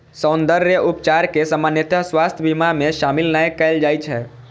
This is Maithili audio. सौंद्रर्य उपचार कें सामान्यतः स्वास्थ्य बीमा मे शामिल नै कैल जाइ छै